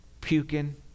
puking